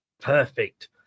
Perfect